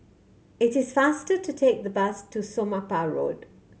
it is faster to take the bus to Somapah Road